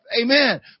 amen